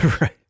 Right